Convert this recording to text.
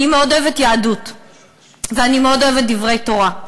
אני מאוד אוהבת יהדות ואני מאוד אוהבת דברי תורה.